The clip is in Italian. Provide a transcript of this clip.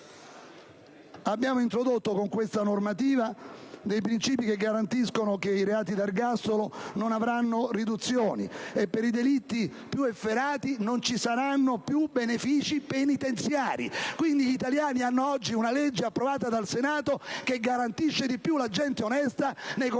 Abbiamo anche introdotto, con questa normativa, dei principi che garantiscono che i reati puniti con l'ergastolo non avranno riduzioni e per i delitti più efferati non ci saranno più benefici penitenziari. Quindi gli italiani hanno oggi una legge, approvata dal Senato, che garantisce di più la gente onesta nei confronti